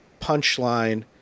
punchline